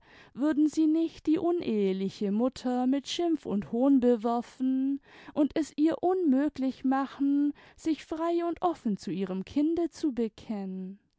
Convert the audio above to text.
würden sie nicht die uneheliche mutter mit schim und hohn bewerfen und es ihr unmöglich machen sich frei und offen zu ihrem kinde zu bekennen